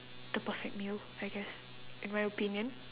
the perfect meal I guess in my opinion